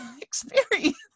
experience